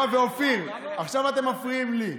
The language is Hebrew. יואב ואופיר, עכשיו אתם מפריעים לי.